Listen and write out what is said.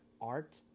art